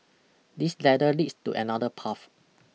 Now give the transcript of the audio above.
this ladder leads to another path